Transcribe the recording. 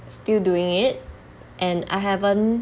still doing it and I haven't